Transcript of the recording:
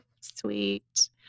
sweet